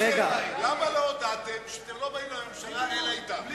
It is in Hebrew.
למה לא הודעתם שאתם לא באים לממשלה אלא אתם?